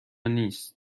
نیست